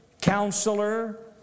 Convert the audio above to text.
Counselor